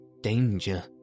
danger